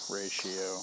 ratio